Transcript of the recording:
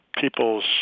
people's